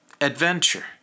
adventure